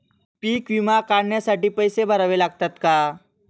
पीक विमा काढण्यासाठी पैसे भरावे लागतात का?